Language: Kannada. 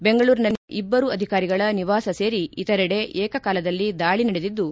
ಬೆಂಗಳೂರಿನಲ್ಲಿ ಸಹ ನಿನ್ನೆ ಇಬ್ಬರು ಅಧಿಕಾರಗಳ ನಿವಾಸ ಸೇರಿ ಇತರೆಡೆ ಏಕಕಾಲದಲ್ಲಿ ದಾಳಿ ನಡೆದಿದ್ದು